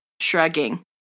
shrugging